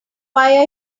why